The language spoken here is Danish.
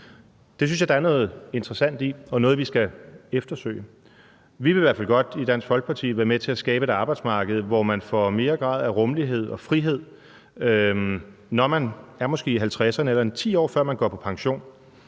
Det synes jeg der er noget interessant i, og det er noget, vi skal eftersøge. Vi vil i hvert fald godt i Dansk Folkeparti være med til at skabe et arbejdsmarked, hvor man får en større grad af rummelighed og frihed, når man måske er i 50'erne, eller 10 år før man går på pension.